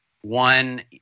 one